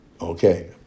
Okay